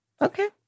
Okay